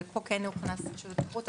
אבל פה כן הוכנסה רשות התחרות,